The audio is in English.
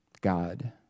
God